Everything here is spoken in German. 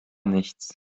nichts